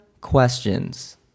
questions